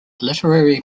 literary